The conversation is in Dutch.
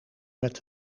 met